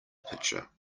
picture